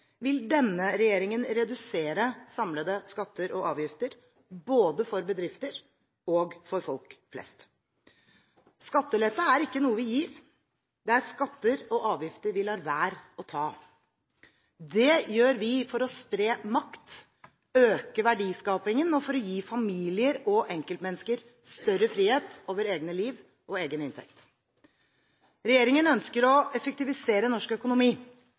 vil denne regjeringen redusere samlede skatter og avgifter, både for bedrifter og for folk flest. Skattelette er ikke noe vi gir, det er skatter og avgifter vi lar være å ta. Det gjør vi for å spre makt, øke verdiskapingen og for å gi familier og enkeltmennesker større frihet over egne liv og egen inntekt. Regjeringen ønsker å effektivisere norsk økonomi.